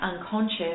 unconscious